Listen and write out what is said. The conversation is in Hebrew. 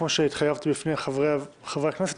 כפי שהתחייבתי בפני חברי הכנסת,